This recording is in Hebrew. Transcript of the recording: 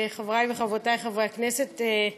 חברי וחברותי חברי הכנסת,